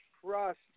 Trust